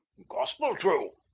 gospel true.